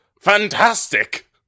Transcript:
fantastic